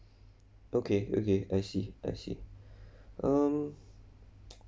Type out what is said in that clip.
okay okay I see I see um